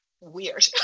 weird